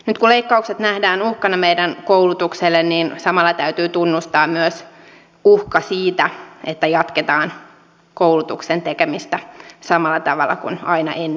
nyt kun leikkaukset nähdään uhkana meidän koulutukselle niin samalla täytyy tunnustaa myös uhka siitä että jatketaan koulutuksen tekemistä samalla tavalla kuin aina ennenkin